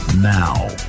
Now